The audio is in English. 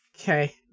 Okay